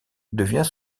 devient